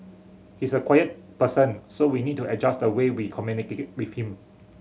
he's a quiet person so we need to adjust the way we communicate with him